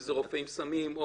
אם זה רופא בקשר לסמים,